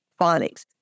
phonics